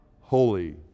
holy